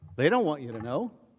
they don't want you to know.